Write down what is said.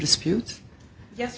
disputes yes